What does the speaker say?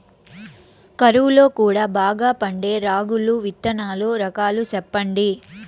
కరువు లో కూడా బాగా పండే రాగులు విత్తనాలు రకాలు చెప్పండి?